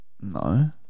No